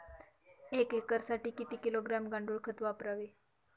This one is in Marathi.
एक एकरसाठी किती किलोग्रॅम गांडूळ खत वापरावे?